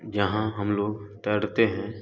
जहाँ हम लोग तैरते हैं